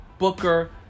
Booker